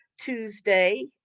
Tuesday